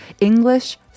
English